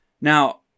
Now